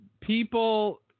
people